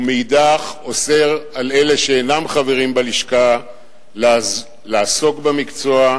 ומאידך גיסא אוסר על אלה שאינם חברים בלשכה לעסוק במקצוע,